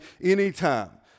anytime